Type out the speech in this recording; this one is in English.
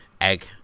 Egg